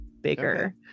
bigger